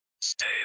Stay